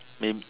name